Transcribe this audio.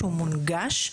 שהוא מונגש,